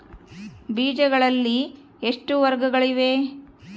ಬೇಜಗಳಲ್ಲಿ ಎಷ್ಟು ವರ್ಗಗಳಿವೆ?